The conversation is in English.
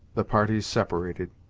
the parties separated.